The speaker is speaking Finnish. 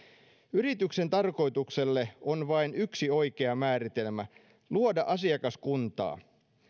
yrityksen tarkoitukselle on vain yksi oikea määritelmä luoda asiakaskuntaa